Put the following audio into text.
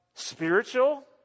Spiritual